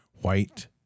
white